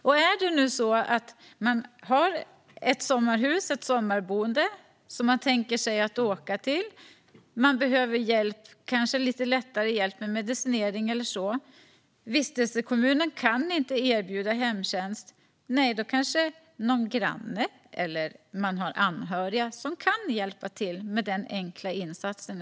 Om man har ett sommarhus och ett sommarboende som man tänker sig att åka till i en vistelsekommun som inte kan erbjuda hemtjänst och om man kanske behöver lite lättare hjälp med medicinering eller sådant kanske någon granne eller anhörig kan hjälpa till med den enkla insatsen.